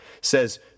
says